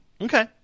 Okay